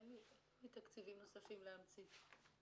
אין לי תקציבים נוספים להמציא.